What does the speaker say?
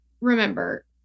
remember